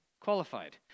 qualified